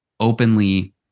openly